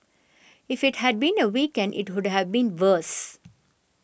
if it had been a weekend it would have been worse